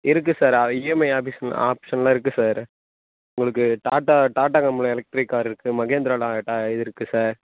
இருக்குது சார் ஆ EMI office ஆப்ஷன்லாம் இருக்குது சார் உங்களுக்கு டாட்டா டாட்டா கம்பெனியில் எலக்ட்ரிக் கார் இருக்குது மகேந்திராவில் டா இது இருக்குது சார்